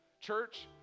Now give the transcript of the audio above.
Church